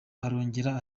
arongera